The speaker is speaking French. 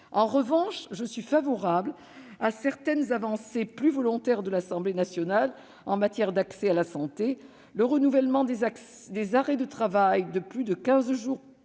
En revanche, je suis favorable à certaines avancées plus volontaristes de l'Assemblée nationale en matière d'accès à la santé : le renouvellement des arrêts de travail de plus de quinze jours par